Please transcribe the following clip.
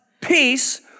peace